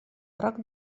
roc